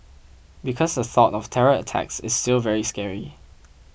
because the thought of terror attacks is still very scary